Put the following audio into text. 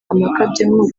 amakabyankuru